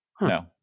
No